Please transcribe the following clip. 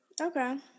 Okay